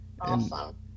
Awesome